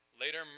later